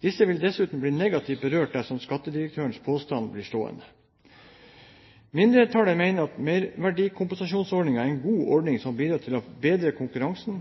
Disse vil dessuten bli negativt berørt dersom Skattedirektoratets påstand blir stående. Mindretallet mener at merverdikompensasjonsordningen er en god ordning som bidrar til å bedre konkurransen,